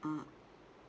mm